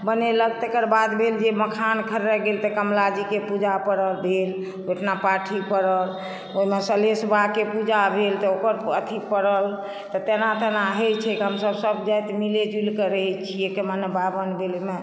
बनैलक तकर बाद भेल जे मखान खर्रै गेल तऽ कमलाजीके पूजा परव भेल ओहिठीना पाठी चढ़ल पहिले सलहेस बबाके पूजा भेल तऽ ओकर अथी चढ़ल तऽ तेना तेना हइ छै हमसब सब जाति मिल जुलि कऽ रहै छियै केना नहि बाभन